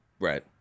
right